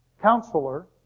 counselor